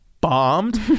bombed